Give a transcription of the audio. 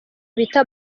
bita